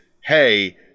hey